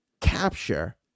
capture